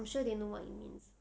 I'm sure they know what you means